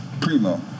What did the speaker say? Primo